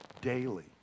daily